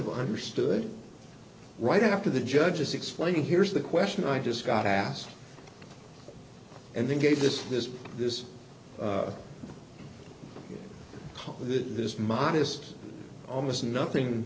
have understood right after the judge's explaining here's the question i just got asked and they gave this this this this this modest almost nothing